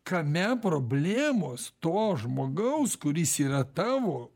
kame problemos to žmogaus kuris yra tavo